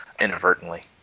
inadvertently